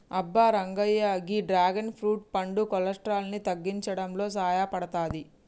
అబ్బ రంగయ్య గీ dragon fruit పండు కొలెస్ట్రాల్ ని తగ్గించడంలో సాయపడతాది